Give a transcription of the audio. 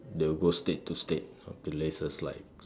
they will go state to state places like